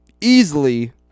easily